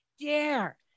dare